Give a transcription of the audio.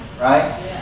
Right